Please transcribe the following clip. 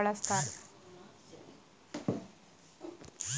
netting ವಾಣಿಜ್ಯ ಮೀನುಗಾರಿಕೆಯ ಪ್ರಮುಖ ವಿಧಾನ ಆಗಿದ್ರೂ ಬಲೆಗಳನ್ನ ಸಹ ಬಳಸ್ತಾರೆ